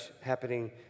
happening